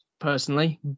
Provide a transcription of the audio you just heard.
Personally